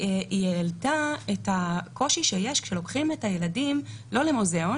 היא העלתה את הקושי שיש כאשר לוקחים את הילדים לא למוזיאון